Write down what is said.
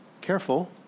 careful